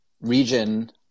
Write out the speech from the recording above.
region